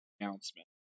announcement